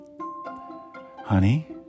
Honey